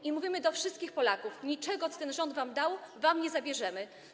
I mówimy do wszystkich Polaków: Niczego, co ten rząd wam dał, wam nie zabierzemy.